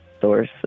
source